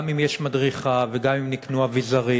גם אם יש מדריכה וגם אם נקנו אביזרים